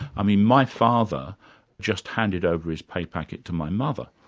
i mean, my father just handed over his pay packet to my mother,